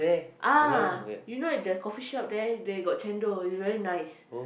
ah you know at the coffeeshop there they got chendol is very nice